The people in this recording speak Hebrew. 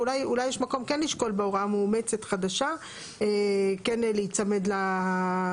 ואולי יש מקום כן לשקול בהוראה מאומצת חדשה כן להיצמד להסדר,